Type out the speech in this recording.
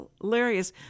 hilarious